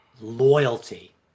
loyalty